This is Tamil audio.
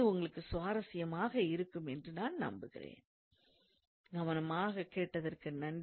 அது உங்களுக்கு சுவாரஸ்யமாக இருக்கும் என நான் உறுதியாக நம்புகிறேன்